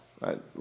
right